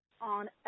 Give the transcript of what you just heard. on